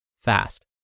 fast